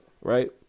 Right